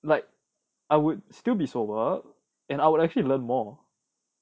like I would still be sober and I would actually learn more